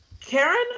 Karen